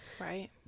Right